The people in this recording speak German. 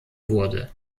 wurde